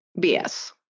BS